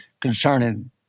concerning